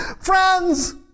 Friends